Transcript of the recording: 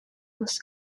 was